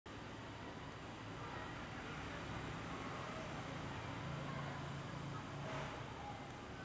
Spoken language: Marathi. आजही अनेकांना हे माहीत नाही की मुळा ही देठ नसून मूळ आहे